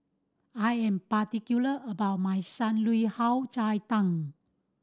I am particular about my Shan Rui cai tang